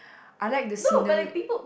I like the scenery